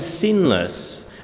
sinless